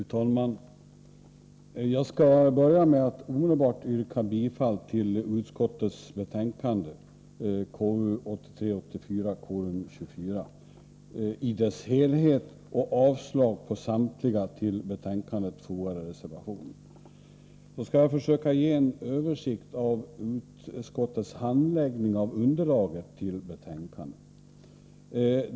Fru talman! Jag skall börja med att omdelbart yrka bifall till konstitutionsutskottets hemställan i dess helhet i betänkande nr 24 och avslag på samtliga till betänkandet fogade reservationer. Jag skall härefter försöka ge en översikt av utskottets handläggning av underlaget till betänkandet.